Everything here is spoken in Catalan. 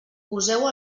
poseu